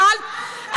שאלת,